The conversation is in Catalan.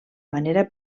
manera